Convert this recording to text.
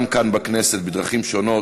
גם כאן בכנסת, בדרכים שונות,